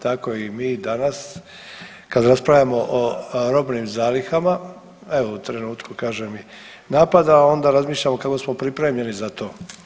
Tako i mi danas kad raspravljamo o robnim zalihama evo u trenutku kažem i napada onda razmišljamo kako smo pripremljeni za to.